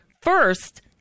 First